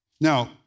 Now